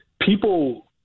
people